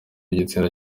igitsina